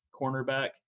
cornerback